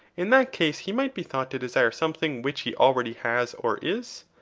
in that case he might be thought to desire something which he already has or is.